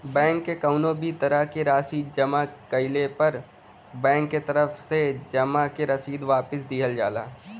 bank में कउनो भी तरह क राशि जमा कइले पर बैंक के तरफ से जमा क रसीद वापस दिहल जाला